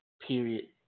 period